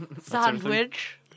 Sandwich